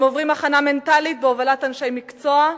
הם עוברים הכנה מנטלית בהובלת אנשי מקצוע,